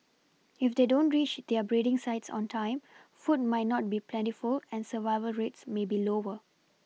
if they don't reach their breeding sites on time food might not be plentiful and survival rates may be lower